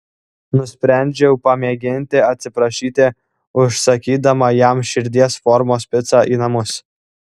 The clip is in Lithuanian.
nusprendžiau pamėginti atsiprašyti užsakydama jam širdies formos picą į namus